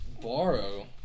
borrow